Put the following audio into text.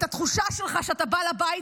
התחושה שלך שאתה בעל הבית,